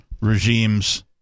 regimes